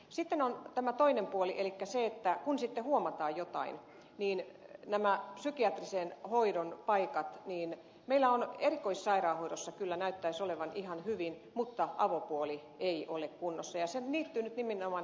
sitten on tämä toinen puoli elikkä kun huomataan jotain niin näitä psykiatrisen hoidon paikkoja meillä erikoissairaanhoidossa kyllä näyttäisi olevan ihan hyvin mutta avopuoli ei ole kunnossa ja se liittyy nimenomaan näihin peruspalveluihin